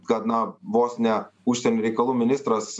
kad na vos ne užsienio reikalų ministras